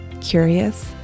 curious